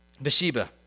Bathsheba